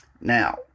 Now